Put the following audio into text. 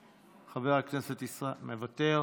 מוותר,